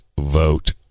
vote